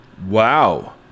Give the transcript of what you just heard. wow